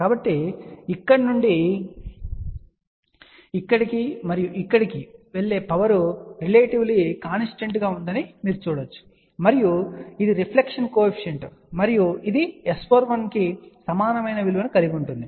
కాబట్టి ఇక్కడి నుండి ఇక్కడికి మరియు ఇక్కడకు వెళ్లే పవర్ రిలేటివ్లీ కాన్స్టాంట్ గా ఉందని మీరు చూడవచ్చు మరియు ఇది రిఫ్లెక్షన్ కోఎఫీషియంట్ మరియు ఇది S41 కు సమానమైన విలువను కలిగి ఉంటుంది